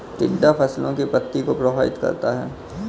टिड्डा फसलों की पत्ती को प्रभावित करता है